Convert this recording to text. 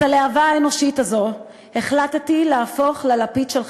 את הלהבה האנושית הזאת החלטתי להפוך ללפיד של חיי,